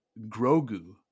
Grogu